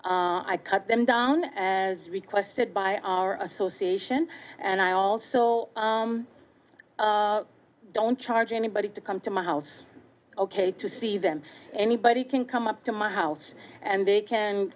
i cut them down as requested by our association and i also don't charge anybody to come to my house ok to see them anybody can come up to my house and they can